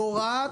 בהוראת